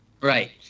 right